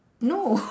no